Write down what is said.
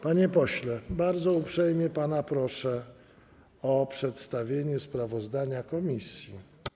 Panie pośle, bardzo uprzejmie pana proszę o przedstawienie sprawozdania komisji.